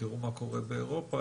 תראו מה קורה באירופה',